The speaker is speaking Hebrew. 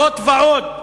זאת ועוד,